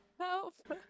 Help